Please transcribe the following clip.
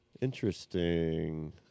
interesting